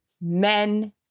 men